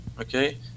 okay